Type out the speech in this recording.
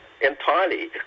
entirely